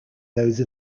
those